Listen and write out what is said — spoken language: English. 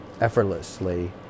effortlessly